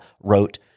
wrote